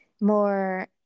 more